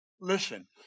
Listen